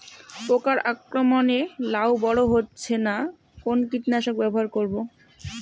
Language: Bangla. পোকার আক্রমণ এ লাউ বড় হচ্ছে না কোন কীটনাশক ব্যবহার করব?